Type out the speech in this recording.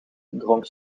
dronk